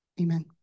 Amen